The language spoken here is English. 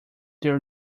their